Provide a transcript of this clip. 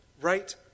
Right